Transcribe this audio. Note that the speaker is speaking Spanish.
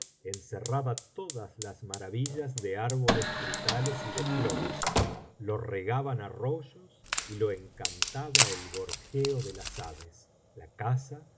encerraba todas las maravillas de árboles gobernador cíe una provincia biblioteca valenciana generalitat valenciana i historia del jorobado frutales y de flores lo regaban arroyos y lo encantaba el gorjeo de las aves la casa